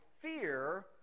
fear